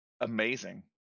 amazing